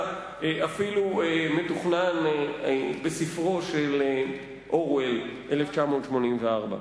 מתוכנן אפילו בספרו של אורוול "1984".